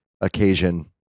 occasion